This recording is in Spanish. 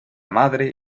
madre